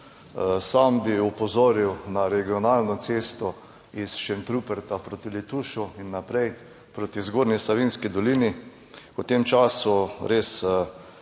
Sam bi opozoril na regionalno cesto iz Šentruperta proti Letušu in naprej proti Zgornji Savinjski dolini. V tem času